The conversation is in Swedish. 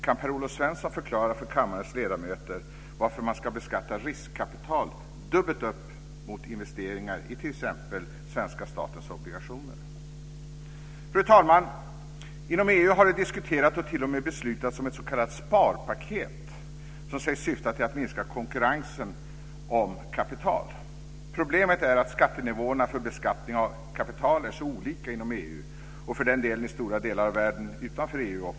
Kan Per-Olof Svensson förklara för kammarens ledamöter varför man ska beskatta riskkapital dubbelt upp jämfört med investeringar i t.ex. Fru talman! Inom EU har det diskuterats och t.o.m. beslutats om ett s.k. sparpaket som sägs syfta till att minska konkurrensen om kapital. Problemet är att nivåerna för beskattning av kapital är så olika inom EU och för den delen också i stora delar av världen utanför EU.